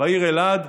בעיר אלעד,